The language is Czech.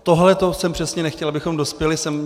Tohleto jsem přesně nechtěl, abychom dospěli sem.